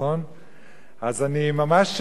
אז אני ממש רוצה להביע התנגדות,